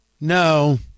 No